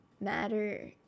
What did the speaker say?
Matter